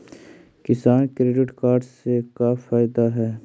किसान credit card से का फायदा है?